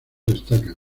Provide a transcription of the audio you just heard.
destacan